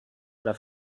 oder